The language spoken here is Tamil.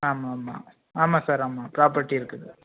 ஆமாம் ஆமாம் ஆமாம் ஆமாம் சார் ஆமாம் ப்ராப்பர்டி இருக்குது